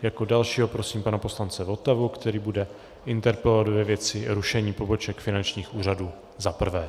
Jako dalšího prosím pana poslance Votavu, který bude interpelovat ve věci rušení poboček finančních úřadů zaprvé.